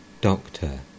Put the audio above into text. Doctor